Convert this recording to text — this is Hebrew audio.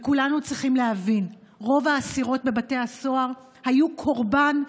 וכולנו צריכים להבין: רוב האסירות בבתי הסוהר היו קורבן,